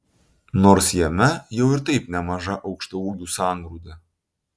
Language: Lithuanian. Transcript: nors jame jau ir taip nemaža aukštaūgių sangrūda